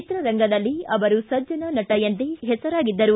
ಚಿತ್ರರಂಗದಲ್ಲಿ ಅವರು ಸಜ್ಜನ ನಟಿ ಎಂದೇ ಹೆಸರಾಗಿದ್ದರು